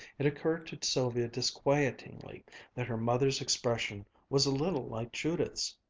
it occurred to sylvia disquietingly that her mother's expression was a little like judith's.